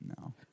No